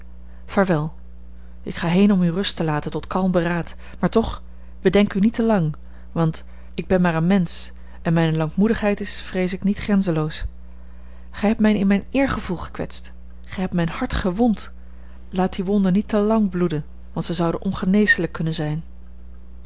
vaarwel ik ga heen om u rust te laten tot kalm beraad maar toch bedenk u niet te lang want ik ben maar een mensch en mijne lankmoedigheid is vrees ik niet grenzenloos gij hebt mij in mijn eergevoel gekwetst gij hebt mijn hart gewond laat die wonden niet te lang bloeden want ze zouden ongeneeslijk kunnen zijn